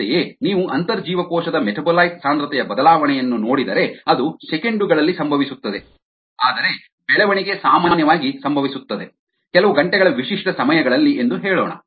ಅಂತೆಯೇ ನೀವು ಅಂತರ್ಜೀವಕೋಶದ ಮೆಟಾಬೊಲೈಟ್ ಸಾಂದ್ರತೆಯ ಬದಲಾವಣೆಯನ್ನು ನೋಡಿದರೆ ಅದು ಸೆಕೆಂಡು ಗಳಲ್ಲಿ ಸಂಭವಿಸುತ್ತದೆ ಆದರೆ ಬೆಳವಣಿಗೆ ಸಾಮಾನ್ಯವಾಗಿ ಸಂಭವಿಸುತ್ತದೆ ಕೆಲವು ಗಂಟೆಗಳ ವಿಶಿಷ್ಟ ಸಮಯಗಳಲ್ಲಿ ಎಂದು ಹೇಳೋಣ